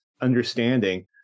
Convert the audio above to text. understanding